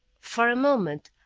for a moment,